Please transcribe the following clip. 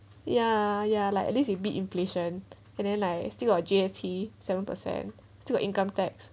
ya ya like at least you beat inflation and then like still like got G_S_T seven percent still got income tax